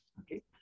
Okay